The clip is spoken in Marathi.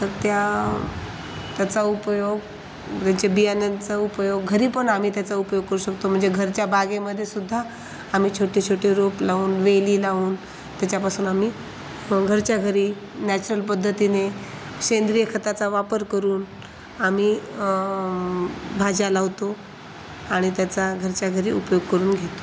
तर त्या त्याचा उपयोग त्यांच्या बियाण्यांचा उपयोग घरी पण आम्ही त्याचा उपयोग करू शकतो म्हणजे घरच्या बागेमध्येसुद्धा आम्ही छोटेछोटे रोपं लावून वेली लावून त्याच्यापासून आम्ही घरच्या घरी नॅचरल पद्धतीने सेंद्रिय खताचा वापर करून आम्ही म् भाज्या लावतो आणि त्याचा घरच्या घरी उपयोग करून घेतो